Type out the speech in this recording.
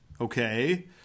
Okay